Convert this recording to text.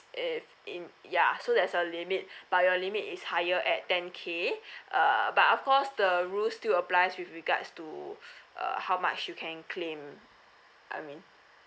if in ya so there's a limit but your limit is higher at ten K uh but of course the rules still applies with regards to uh how much you can claim I mean